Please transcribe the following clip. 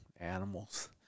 animals